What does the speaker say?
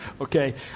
Okay